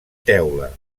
teula